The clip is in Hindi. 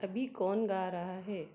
अभी कौन गा रहा है